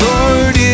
Lord